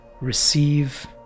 receive